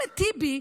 אחמד טיבי,